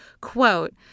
Quote